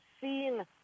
seen